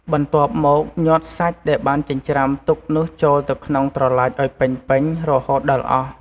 បន្ទាប់មកញាត់សាច់ដែលបានចិញ្រ្ចាំទុកនោះចូលទៅក្នុងត្រឡាចឱ្យពេញៗរហូតដល់អស់។